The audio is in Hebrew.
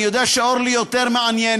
אני יודע שאורלי יותר מעניינת.